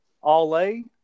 all-a